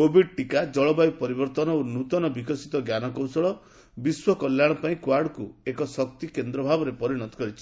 Covid ଟିକା ଜଳବାୟୁ ପରିବର୍ତ୍ତନ ଓ ନୂତନ ବିକଶିତ ବିଶ୍ୱକଲ୍ୟାଣ ପାଇଁ କ୍ପାର୍ଡକୁ ଏକ ଶକ୍ତିକେନ୍ଦ୍ରଭାବରେ ପରିଣତ କରିଛି